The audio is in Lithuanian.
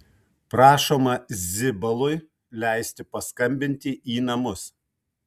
prašoma zibalui leisti paskambinti į namus